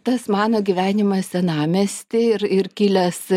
tas mano gyvenimas senamiesty ir ir kilęs